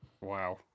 Wow